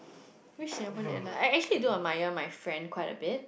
which Singaporean that you like actually I do admire my friend quite a bit